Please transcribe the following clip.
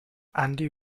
andy